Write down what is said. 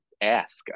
ask